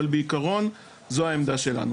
אבל בעיקרון זו העמדה שלנו.